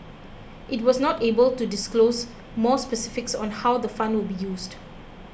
it was not able to disclose more specifics on how the fund will be used